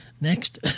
Next